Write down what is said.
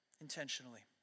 intentionally